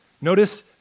Notice